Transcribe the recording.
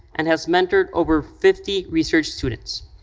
and has mentored over fifty research students.